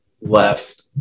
left